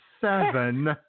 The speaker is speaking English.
seven